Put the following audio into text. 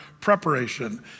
preparation